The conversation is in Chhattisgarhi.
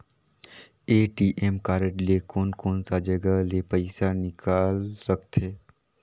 ए.टी.एम कारड ले कोन कोन सा जगह ले पइसा निकाल सकथे?